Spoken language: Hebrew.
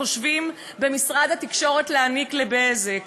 שחושבים במשרד התקשורת להעניק ל"בזק",